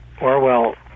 Orwell